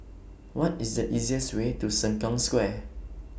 What IS The easiest Way to Sengkang Square